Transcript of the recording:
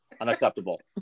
Unacceptable